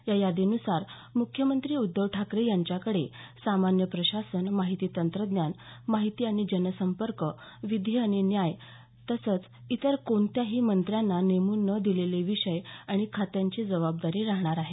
या यादीनुसार मुख्यमंत्री उद्धव ठाकरे यांच्याकडे सामान्य प्रशासन माहिती तंत्रज्ञान माहिती आणि जनसंपर्क विधी आणि न्याय तसंच इतर कोणत्याही मंत्र्यांना नेमून न दिलेले विषय आणि खात्यांची जबाबदारी राहणार आहे